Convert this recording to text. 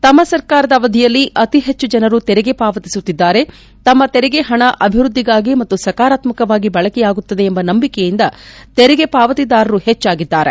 ತಮ್ಮ ಸರ್ಕಾರದ ಅವಧಿಯಲ್ಲಿ ಅತಿ ಹೆಚ್ಚು ಜನರು ತೆರಿಗೆ ಪಾವತಿಸುತ್ತಿದ್ದಾರೆ ತಮ್ಮ ತೆರಿಗೆ ಹಣ ಅಭಿವ್ವದ್ದಿಗಾಗಿ ಮತ್ತು ಸಕಾರಾತ್ಮಕವಾಗಿ ಬಳಕೆಯಾಗುತ್ತದೆ ಎಂಬ ನಂಬಿಕೆಯಿಂದ ತೆರಿಗೆ ಪಾವತಿದಾರರು ಹೆಚ್ಚಾಗಿದ್ದಾರೆ